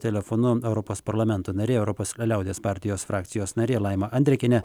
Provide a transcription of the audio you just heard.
telefonu europos parlamento narė europos liaudies partijos frakcijos narė laima andrikienė